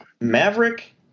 Maverick